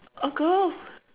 oh